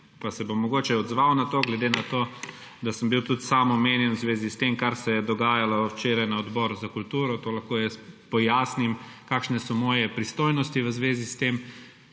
in se bom mogoče odzval glede na to, da sem bil tudi sam omenjen v zvezi s tem, kar se je dogajalo včeraj na Odboru za kulturo. To lahko jaz pojasnim, kakšne so moje pristojnosti v zvezi s tem.